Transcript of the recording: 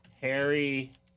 Harry